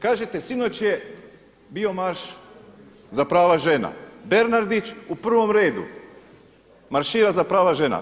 Kažete sinoć je bio marš za prava žena, Bernardić u prvom redu maršira za prava žena.